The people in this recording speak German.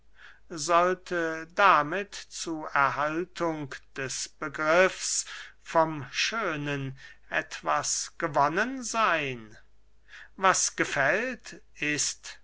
sollte damit zu erhaltung des begriffs vom schönen etwas gewonnen seyn was gefällt ist